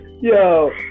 yo